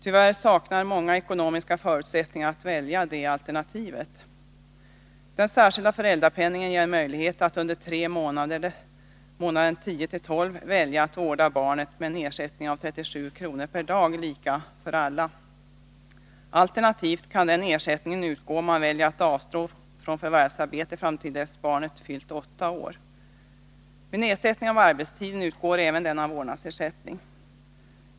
Tyvärr saknar många ekonomiska förutsättningar att välja det alternativet. Den särskilda föräldrapenningen ger föräldrar möjlighet att under tre månader —- månaderna 10-12 — välja att vårda barnet med en ersättning av 37 kr. per dag, lika för alla. Alternativt kan den ersättningen utgå om man väljer att avstå från förvärvsarbete fram till dess barnet fyllt åtta år. Vid nedsättning av arbetstiden utgår även denna vårdnadsersättning.